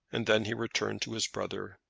and then he returned to his brother.